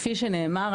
כפי שנאמר,